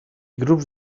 grups